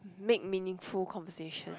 make meaningful conversation